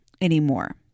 anymore